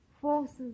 forces